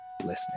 listening